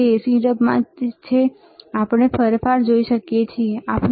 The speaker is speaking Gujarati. તે AC ઢબમાં છે આપણે ફેરફાર જોઈ શકીએ છીએ ખરું